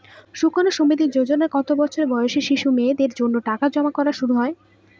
সুকন্যা সমৃদ্ধি যোজনায় কত বছর বয়সী শিশু মেয়েদের জন্য টাকা জমা করা শুরু হয়?